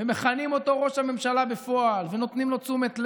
ומכנים אותו ראש הממשלה בפועל ונותנים לו תשומת לב,